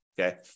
okay